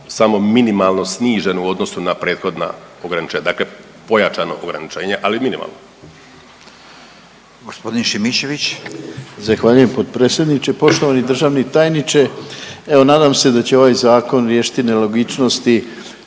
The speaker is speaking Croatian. samo minimalno snižen u odnosu na prethodna ograničenja. Dakle, pojačano ograničenje ali minimalno.